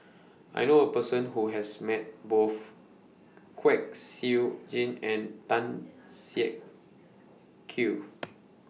I know A Person Who has Met Both Kwek Siew Jin and Tan Siak Kew